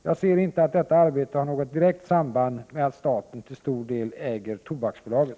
Jag ser inte att detta arbete har något direkt samband med att staten till stor del äger Tobaksbolaget.